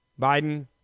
Biden